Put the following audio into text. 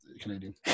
Canadian